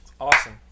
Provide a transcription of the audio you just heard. Awesome